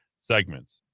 segments